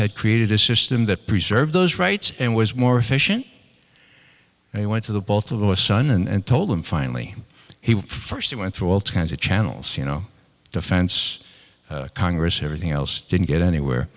had created a system that preserved those rights and was more efficient they went to the both of us son and told them finally he first went through all kinds of channels you know defense congress everything else didn't get anywhere